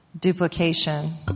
duplication